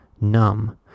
numb